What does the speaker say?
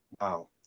wow